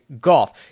golf